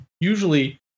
usually